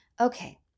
Okay